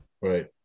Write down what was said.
right